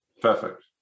Perfect